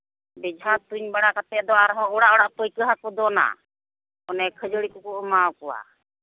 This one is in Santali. ᱵᱮᱡᱷᱟ ᱛᱩᱧ ᱵᱟᱲᱟ ᱠᱟᱛᱮᱫ ᱫᱚ ᱟᱨᱦᱚᱸ ᱚᱲᱟᱜ ᱚᱲᱟᱜ ᱯᱟᱹᱭᱠᱟᱹᱦᱟᱠᱚ ᱫᱚᱱᱟ ᱚᱱᱮ ᱠᱷᱟᱹᱡᱟᱹᱲᱤ ᱠᱚᱠᱚ ᱮᱢᱟ ᱠᱚᱣᱟ